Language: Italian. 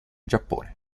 giappone